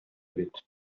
бит